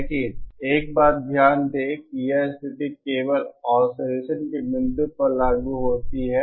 लेकिन एक बात ध्यान दें कि यह स्थिति केवल ऑसिलेसन के बिंदु पर लागू होती है